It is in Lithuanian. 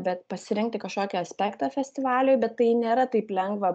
bet pasirinkti kažkokį aspektą festivaliui bet tai nėra taip lengva